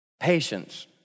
patience